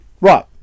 Right